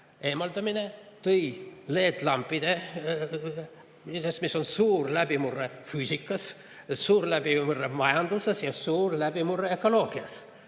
eemaldamine tõi [kasutusele] LED-lambid. See on suur läbimurre füüsikas, suur läbimurre majanduses ja suur läbimurre ökoloogias.